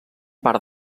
part